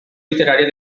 literària